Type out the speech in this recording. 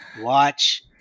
watch